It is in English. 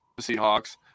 seahawks